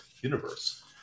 universe